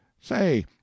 Say